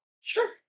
sure